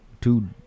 Two